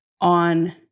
on